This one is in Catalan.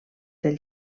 del